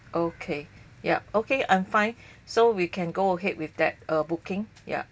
okay ya okay I'm fine so we can go ahead with that uh booking ya